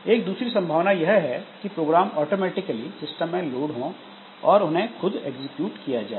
एक दूसरी संभावना यह है की प्रोग्राम ऑटोमेटिकली सिस्टम में लोड हों और उन्हें एग्जीक्यूट किया जाए